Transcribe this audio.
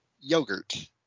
yogurt